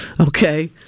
Okay